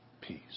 peace